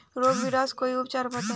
रोग निवारन कोई उपचार बताई?